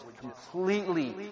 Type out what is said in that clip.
completely